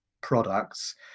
products